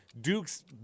Duke's